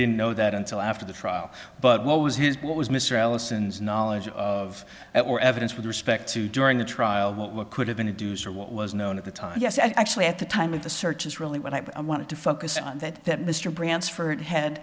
didn't know that until after the trial but what was his what was mr allisons knowledge of that more evidence with respect to during the trial what could have been a douceur what was known at the time yes actually at the time of the search is really what i wanted to focus on that that mr bransford head